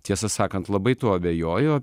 tiesą sakant labai tuo abejoju